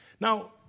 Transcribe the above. Now